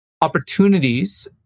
opportunities